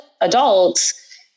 adults